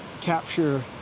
capture